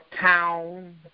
town